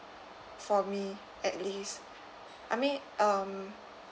for me at least I mean um